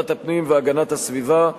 ובוועדת הפנים והגנת הסביבה,